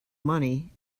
money